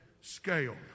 scale